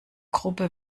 gruppe